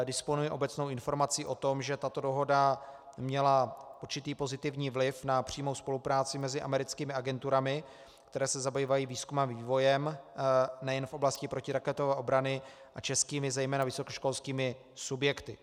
Disponuji obecnou informací o tom, že tato dohoda měla určitý pozitivní vliv na přímou spolupráci mezi americkými agenturami, které se zabývají výzkumem a vývojem nejen v oblasti protiraketové obrany, a českými, zejména vysokoškolskými subjekty.